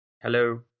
Hello